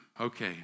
Okay